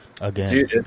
again